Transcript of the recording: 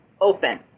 open